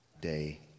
day